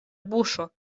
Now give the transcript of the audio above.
buŝo